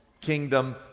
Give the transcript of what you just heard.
Kingdom